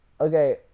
Okay